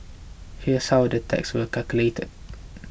here's how the tax will calculated